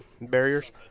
barriers